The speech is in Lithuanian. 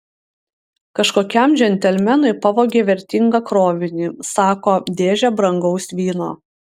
kažkokiam džentelmenui pavogė vertingą krovinį sako dėžę brangaus vyno